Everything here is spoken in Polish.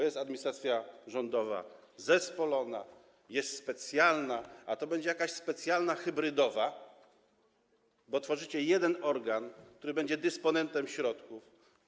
Jest administracja rządowa zespolona, jest specjalna, a to będzie jakaś specjalna hybrydowa, bo tworzycie jeden organ, który będzie dysponentem środków.